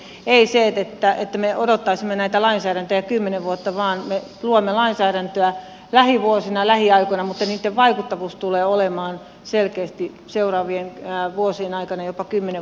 ei niin että me odottaisimme näitä lainsäädäntöjä kymmenen vuotta vaan me luomme lainsäädäntöä lähivuosina lähiaikoina mutta niitten vaikuttavuus tulee olemaan selkeästi seuraavien vuosien aikana jopa kymmenen vuoden päästäkin